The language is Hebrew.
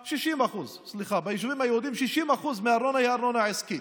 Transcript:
60%, סליחה, 60% מהארנונה היא ארנונה עסקית.